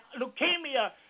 leukemia